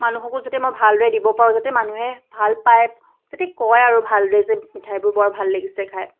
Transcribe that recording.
মানুহকো যাতে মই ভালদৰে দিব পাৰোঁ যাতে মানুহে ভাল পায় যাতে কয় আৰু ভালদৰে যে মিঠাইবোৰ বৰ ভাল লাগিছে খায়